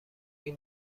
این